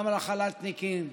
גם לחל"תניקים,